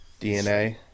DNA